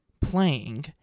playing